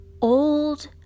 old